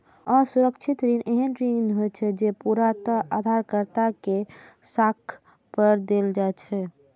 असुरक्षित ऋण एहन ऋण होइ छै, जे पूर्णतः उधारकर्ता के साख पर देल जाइ छै